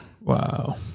Wow